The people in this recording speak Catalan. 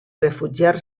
refugiar